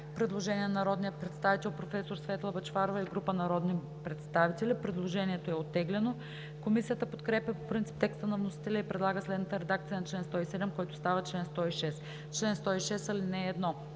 предложение на народния представител професор Светла Бъчварова и група народни представители. Предложението е оттеглено. Комисията подкрепя по принцип текста на вносителя и предлага следната редакция на чл. 107, който става чл. 106: „Чл. 106. (1)